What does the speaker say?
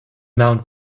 mount